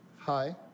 Hi